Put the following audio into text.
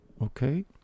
Okay